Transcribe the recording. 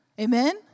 amen